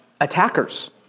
attackers